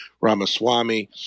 Ramaswamy